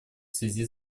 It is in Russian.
связи